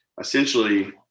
essentially